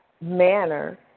manner